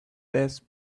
best